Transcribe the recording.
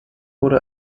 wurde